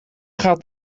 gaat